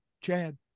Chad